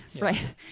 right